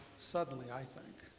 suddenly, i think.